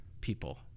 people